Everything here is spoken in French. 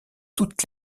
toutes